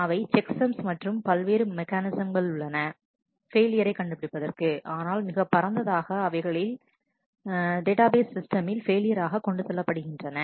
அவை checksums மற்றும் வேறு பல மெக்கானிசம்கள் உள்ளன ஃபெயிலியரை கண்டுபிடிப்பதற்கு ஆனால் மிகப்பரந்த தாக அவைகளின் வகைகள் டேட்டாபேஸ் சிஸ்டமில் பெயிலியர் ஆக கொண்டு செல்லப்படுகின்றன